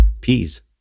peas